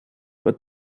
but